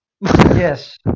Yes